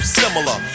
similar